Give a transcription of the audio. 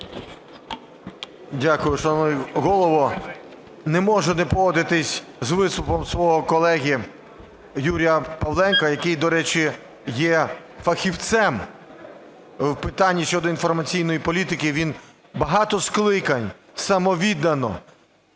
Дякую, шановний Голово. Не можу не погодитись з виступом свого колеги Юрія Павленка, який, до речі, є фахівцем в питанні щодо інформаційної політики. Він багато скликань самовіддано